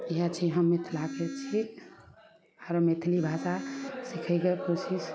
इएह छै हम मिथिलाके छी आर मैथिली भाषा सीखैके कोशिश